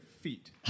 feet